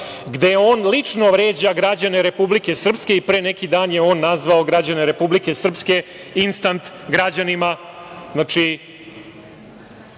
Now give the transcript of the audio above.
gde on lično vređa građane Republike Srpske i pre neki dan je on nazvao građane Republike Srpske instant građanima. Znači,